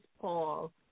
Paul